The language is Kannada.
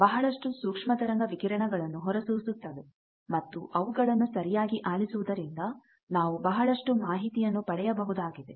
ಬಹಳಷ್ಟು ಸೂಕ್ಷ್ಮ ತರಂಗ ವಿಕಿರಣಗಳನ್ನು ಹೊರಸೂಸುತ್ತವೆ ಮತ್ತು ಅವುಗಳನ್ನು ಸರಿಯಾಗಿ ಆಲಿಸುವುದರಿಂದ ನಾವು ಬಹಳಷ್ಟು ಮಾಹಿತಿಯನ್ನು ಪಡೆಯಬಹುದಾಗಿದೆ